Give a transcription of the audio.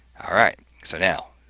alright. so, now,